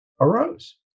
arose